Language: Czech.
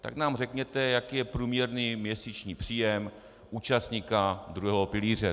Tak nám řekněte, jaký je průměrný měsíční příjem účastníka druhého pilíře.